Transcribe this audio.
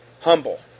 humble